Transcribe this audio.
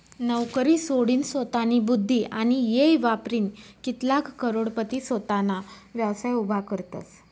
नवकरी सोडीनसोतानी बुध्दी आणि येय वापरीन कित्लाग करोडपती सोताना व्यवसाय उभा करतसं